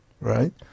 right